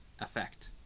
effect